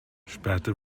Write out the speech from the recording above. später